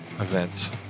events